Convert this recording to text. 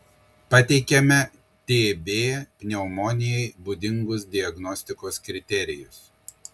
pateikiame tb pneumonijai būdingus diagnostikos kriterijus